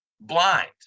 blind